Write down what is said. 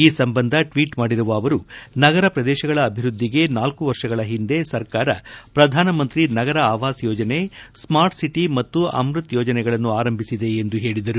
ಈ ಸಂಬಂಧ ಟ್ವೀಟ್ ಮಾಡಿರುವ ಅವರು ನಗರ ಪ್ರದೇಶಗಳ ಅಭಿವ್ಬದ್ದಿಗೆ ನಾಲ್ಕು ವರ್ಷಗಳ ಹಿಂದೆ ಸರ್ಕಾರ ಪ್ರಧಾನಮಂತ್ರಿ ನಗರ ಆವಾಸ ಯೋಜನೆ ಸ್ವಾರ್ಟ್ ಸಿಟಿ ಮತ್ತು ಅಮ್ಬತ ಯೋಜನೆಗಳನ್ನು ಆರಂಭಿಸಿದೆ ಎಂದು ಹೇಳಿದರು